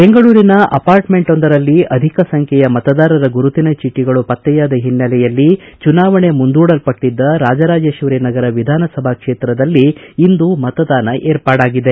ಬೆಂಗಳೂರಿನ ಅಪಾರ್ಟಮೆಂಟೊಂದರಲ್ಲಿ ಅಧಿಕ ಸಂಬ್ಲೆಯ ಮತದಾರರ ಗುರುತಿನ ಚೀಟಗಳು ಪತ್ತೆಯಾದ ಹಿನ್ನೆಲೆಯಲ್ಲಿ ಚುನಾವಣೆ ಮುಂದೂಡಲ್ಲಟ್ಟದ್ದ ರಾಜರಾಜೇಶ್ವರಿ ನಗರ ವಿಧಾನಸಭಾ ಕ್ಷೇತ್ರದಲ್ಲಿ ಇಂದು ಮತದಾನ ಏರ್ಪಡಾಗಿದೆ